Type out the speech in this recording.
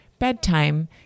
bedtime